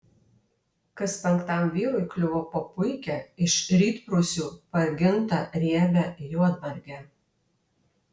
kas penktam vyrui kliuvo po puikią iš rytprūsių pargintą riebią juodmargę